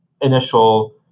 initial